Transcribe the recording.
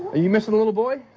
ah you miss a little boy.